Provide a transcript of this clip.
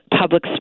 public